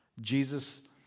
Jesus